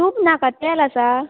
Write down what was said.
तूप नाका तेल आसा